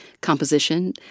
composition